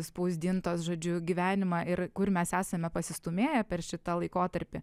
spausdintos žodžiu gyvenimą ir kur mes esame pasistūmėję per šitą laikotarpį